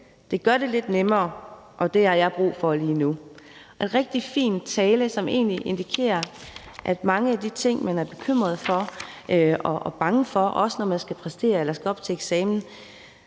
Det gør det lidt nemmere. Og det har jeg brug for lige nu.« Det var en rigtig fin tale, som egentlig indikerer, at i forhold til mange af de ting, man er bekymret for og bange for, også når man skal op til en eksamen